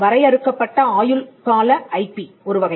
வரையறுக்கப்பட்ட ஆயுள்கால ஐபி ஒருவகை